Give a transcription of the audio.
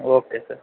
okay sir